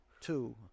two